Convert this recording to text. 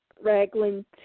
Raglan